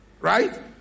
right